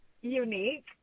unique